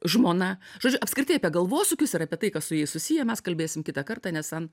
žmona žodžiu apskritai apie galvosūkius ir apie tai kas su jais susiję mes kalbėsim kitą kartą nes san